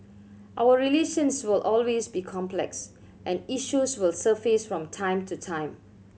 our relations will always be complex and issues will surface from time to time